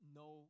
no